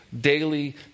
daily